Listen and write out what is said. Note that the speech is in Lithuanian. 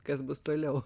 kas bus toliau